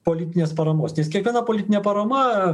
politinės paramos nes kiekviena politinė parama